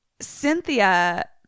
Cynthia